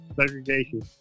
segregation